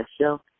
show